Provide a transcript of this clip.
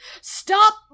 stop